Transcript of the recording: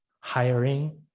hiring